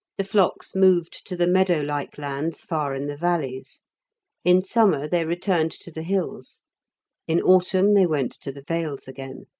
the flocks moved to the meadowlike lands far in the valleys in summer they returned to the hills in autumn they went to the vales again.